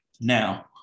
Now